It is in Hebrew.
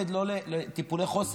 לא טיפולי חוסן,